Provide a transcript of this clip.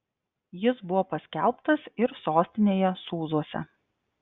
jis buvo paskelbtas ir sostinėje sūzuose